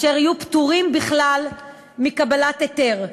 והם יהיו פטורים בכלל מקבלת היתר,